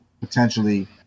potentially